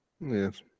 Yes